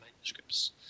manuscripts